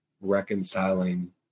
reconciling